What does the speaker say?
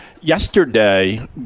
Yesterday